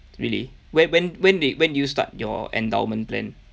really when when when did when did you start your endowment plan